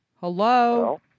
Hello